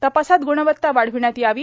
तपासात गुणवत्ता वाढविण्यात यावी